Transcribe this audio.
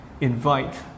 invite